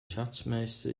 schatzmeister